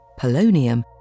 polonium